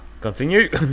Continue